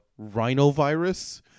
Rhinovirus